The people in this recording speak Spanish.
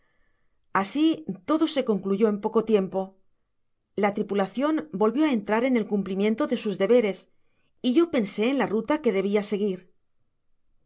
asi todo se concluyó en poco tiempo la tripulacion volvió á entrar en el cumplimiento de sus deberes y yo pensé en ia ruta que debia seguir